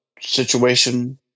situation